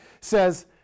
says